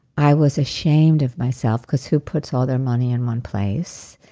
i was ashamed of myself, because who puts all their money in one place?